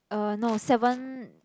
uh no seven